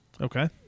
Okay